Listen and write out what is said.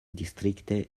districte